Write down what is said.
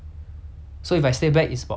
then like okay lah I mean like